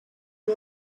you